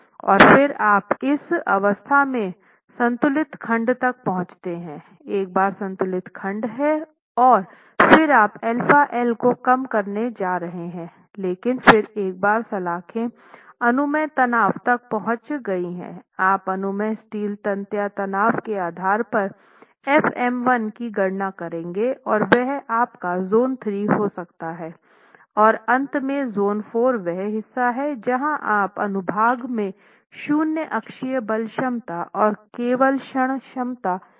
और फिर आप इस अवस्था में संतुलित खंड तक पहुंचते हैं एक बार संतुलित खंड है और फिर आप αL को कम करना जारी रखते हैं लेकिन फिर एक बार सलाख़े अनुमेय तनाव तक पहुंच गई हैं आप अनुमेय स्टील तन्यता तनाव के आधार पर f m1 की गणना करेंगे और वह आपका जोन 3 हो सकता है और अंत में जोन 4 वह हिस्सा है जहां आप अनुभाग में शून्य अक्षीय बल क्षमता और केवल क्षण क्षमता पर विचार कर रहे हैं